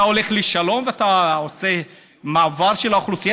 אתה הולך לשלום ואתה עושה מעבר של האוכלוסייה,